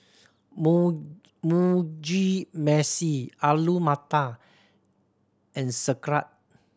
Mu Mugi Meshi Alu Matar and Sauerkraut